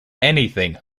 anything